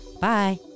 Bye